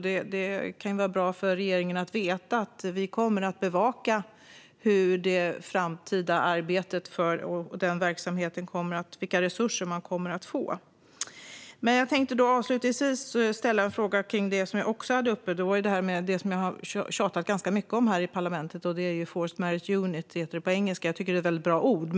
Det kan vara bra för regeringen att veta att vi kommer att bevaka vilka resurser man kommer att få. Jag tänkte avslutningsvis ställa en fråga om en annan sak som jag tog upp tidigare, som jag har tjatat ganska mycket om här i parlamentet: Forced Marriage Unit, som det heter på engelska. Jag tycker att det är ett väldigt bra uttryck.